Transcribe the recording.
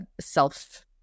self